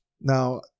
Now